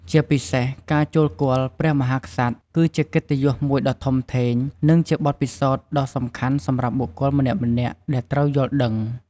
ជាពិសេសការចូលគាល់ព្រះមហាក្សត្រ គឺជាកិត្តិយសមួយដ៏ធំធេង និងជាបទពិសោធន៍ដ៏សំខាន់សម្រាប់បុគ្គលម្នាក់ៗដែលត្រូវយល់ដឹង។